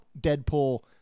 Deadpool